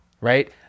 right